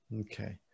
Okay